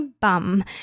bum